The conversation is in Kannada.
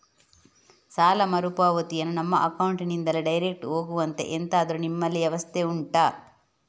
ಸಾಲ ಮರುಪಾವತಿಯನ್ನು ನಮ್ಮ ಅಕೌಂಟ್ ನಿಂದಲೇ ಡೈರೆಕ್ಟ್ ಹೋಗುವಂತೆ ಎಂತಾದರು ನಿಮ್ಮಲ್ಲಿ ವ್ಯವಸ್ಥೆ ಉಂಟಾ